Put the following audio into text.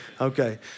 Okay